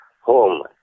home